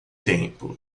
tempo